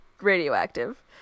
radioactive